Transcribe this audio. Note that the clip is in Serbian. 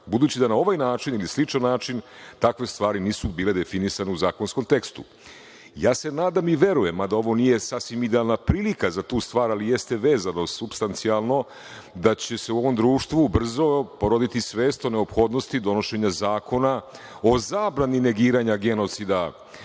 budući da na ovaj način ili sličan način takve stvari nisu bile definisane u zakonskom tekstu. Ja se nadam i verujem, mada ovo nije sasvim idealna prilika za tu stvar, ali jeste vezano supstancijalno da će se u ovom društvu brzo poroditi svest o neophodnosti donošenja zakona o zabrani negiranja genocida